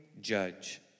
judge